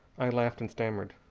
i laughed and stammered,